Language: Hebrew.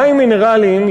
מים מינרליים,